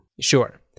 Sure